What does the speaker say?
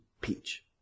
peach